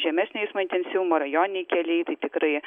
žemesnio eismo intensyvumo rajoniniai keliai tai tikrai